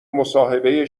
مصاحبه